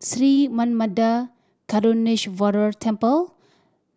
Sri Manmatha Karuneshvarar Temple